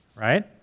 right